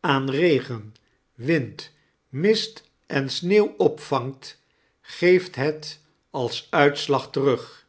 aan regen wind mist en sneeuw opvangt geeft het als uitslag terug